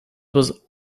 was